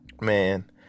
Man